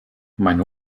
meine